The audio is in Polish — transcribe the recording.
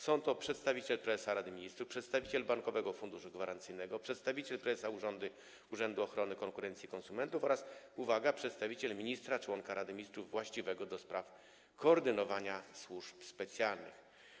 Są to: przedstawiciel prezesa Rady Ministrów, przedstawiciel Bankowego Funduszu Gwarancyjnego, przedstawiciel prezesa Urzędu Ochrony Konkurencji i Konsumentów oraz - uwaga - przedstawiciel ministra członka Rady Ministrów właściwego do spraw koordynowania służb specjalnych.